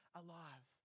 alive